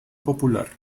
popular